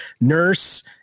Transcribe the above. Nurse